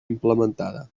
implementada